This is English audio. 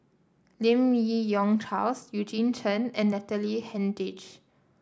Lim Yi Yong Charles Eugene Chen and Natalie Hennedige